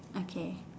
okay